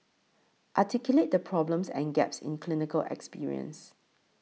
articulate the problems and gaps in clinical experience